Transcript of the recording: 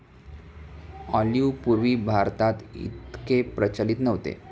olive पूर्वी भारतात इतके प्रचलित नव्हते